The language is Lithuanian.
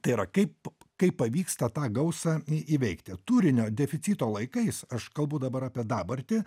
tai yra kaip kaip pavyksta tą gausą įveikti turinio deficito laikais aš kalbu dabar apie dabartį